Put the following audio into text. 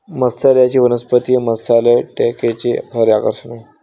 मत्स्यालयातील वनस्पती हे मत्स्यालय टँकचे खरे आकर्षण आहे